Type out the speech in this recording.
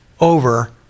over